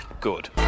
Good